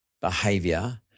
behavior